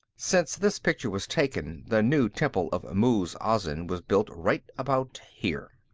since this picture was taken, the new temple of muz-azin was built right about here.